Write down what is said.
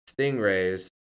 Stingrays